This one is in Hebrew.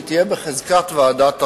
היא תהיה בחזקת ועדת ערר.